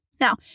Now